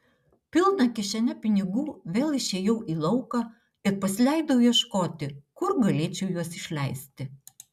pilna kišene pinigų vėl išėjau į lauką ir pasileidau ieškoti kur galėčiau juos išleisti